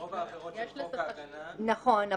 רוב העבירות של חוק ההגנה --- נכון,